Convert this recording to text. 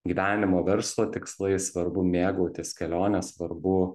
gyvenimo verslo tikslais svarbu mėgautis kelione svarbu